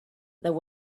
there